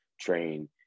train